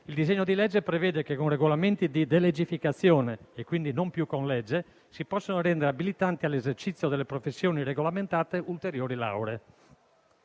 il disegno di legge prevede che, con regolamenti di delegificazione, e quindi non più con legge, si possono rendere abilitanti all'esercizio delle professioni regolamentate ulteriori lauree.